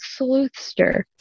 Sleuthster